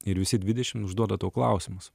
ir visi dvidešim užduodat klausimus